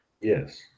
Yes